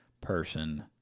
person